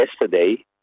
yesterday